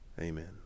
amen